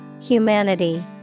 Humanity